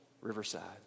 riverside